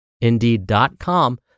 Indeed.com